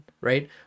Right